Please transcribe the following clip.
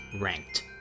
Ranked